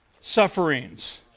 sufferings